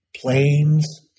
planes